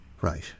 Right